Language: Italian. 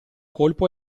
colpo